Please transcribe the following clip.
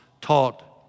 taught